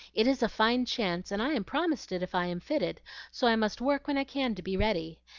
it is a fine chance, and i am promised it if i am fitted so i must work when i can to be ready.